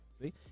See